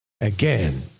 again